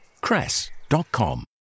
Cress.com